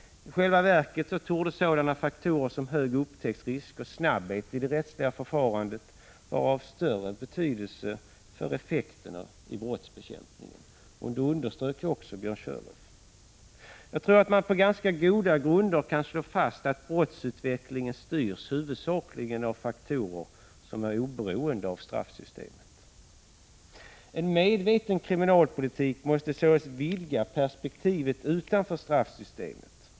I själva verket torde sådana faktorer som hög upptäcktsrisk och snabbhet i det rättsliga förfarandet ha större betydelse för effekten av brottsbekämpningen. Detta underströk också Björn Körlof. Jag tror emellertid att man på ganska goda grunder kan slå fast att brottsutvecklingen huvudsakligen styrs av faktorer som är oberoende av straffsystemet. En medveten kriminalpolitik måste således vidga perspektivet utanför straffsystemet.